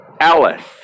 Alice